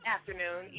Afternoon